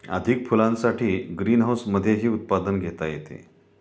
अधिक फुलांसाठी ग्रीनहाऊसमधेही उत्पादन घेता येते